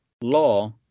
law